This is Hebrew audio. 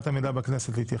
לעדה האמריקאית המפוארת אני